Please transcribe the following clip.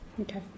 Okay